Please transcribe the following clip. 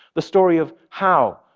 the story of how,